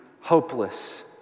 hopeless